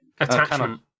Attachment